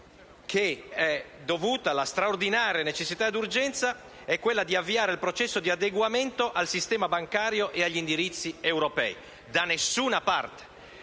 che la straordinaria necessità e urgenza sta nell'avviare il processo di adeguamento al sistema bancario e agli indirizzi europei. Da nessuna parte,